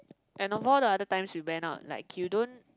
and above the other times you went out like you don't